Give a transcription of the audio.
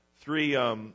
three